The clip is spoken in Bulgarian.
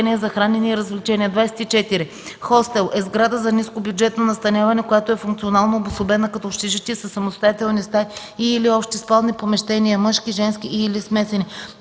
24. „Хостел”